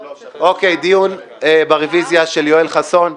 דיון ברביזיה של יואל חסון.